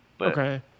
Okay